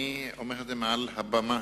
אני אומר את זה מעל הבמה: